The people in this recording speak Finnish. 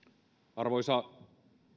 arvoisa